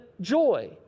joy